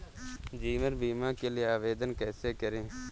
जीवन बीमा के लिए आवेदन कैसे करें?